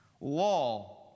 law